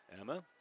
Emma